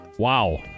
Wow